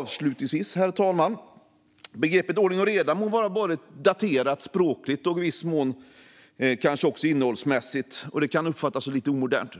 talman! Avslutningsvis - begreppet ordning och reda må vara daterat språkligt, i viss mån kanske också innehållsmässigt, och uppfattas som lite omodernt.